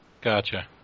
Gotcha